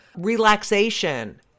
relaxation